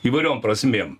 įvairiom prasmėm